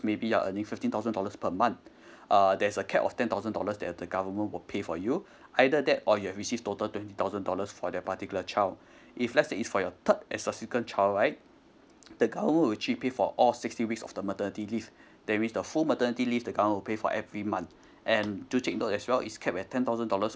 maybe you are earning fifteen thousand dollars per month uh there's a cap of ten thousand dollars that the government will pay for you either that or you have received total twenty thousand dollars for that particular child if lets say it's for your third and subsequent child right the government would actually pay for all sixteen weeks of the maternity leave that means the full maternity leave the government will pay for every month and do take note as well is capped at ten thousand dollars